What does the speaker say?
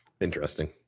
Interesting